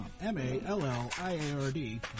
M-A-L-L-I-A-R-D